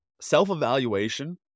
self-evaluation